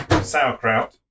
sauerkraut